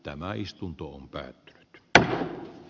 tämä istuntoon taikka aloittajaa